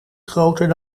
groter